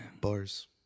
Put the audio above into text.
bars